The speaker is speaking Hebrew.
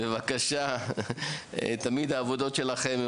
אז בבקשה, ממ״מ.